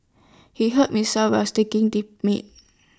he hurt himself while sticking the meat